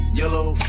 yellow